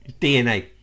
dna